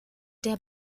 der